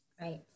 Right